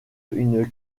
une